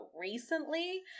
recently